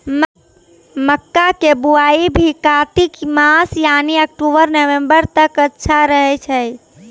मक्का के बुआई भी कातिक मास यानी अक्टूबर नवंबर तक अच्छा रहय छै